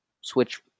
switch